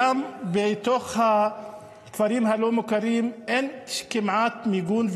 בתוך הכפרים הלא-מוכרים אין כמעט מיגון.